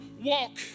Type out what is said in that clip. walk